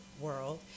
World